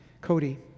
Cody